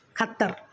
Qatar